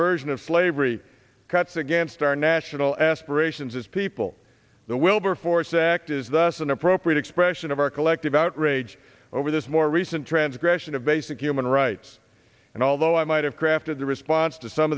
version of slavery cuts against our national aspirations as people the wilberforce act is thus an appropriate expression of our collective outrage over this more recent transgression of basic human rights and although i might have crafted the response to some